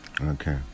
Okay